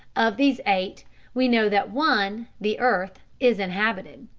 of these eight we know that one, the earth, is inhabited.